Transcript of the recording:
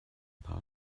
paar